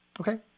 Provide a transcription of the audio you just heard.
Okay